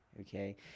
okay